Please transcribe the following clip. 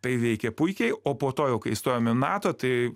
tai veikė puikiai o po to jau kai įstojom į nato tai